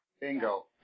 Bingo